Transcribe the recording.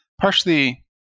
partially